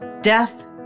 death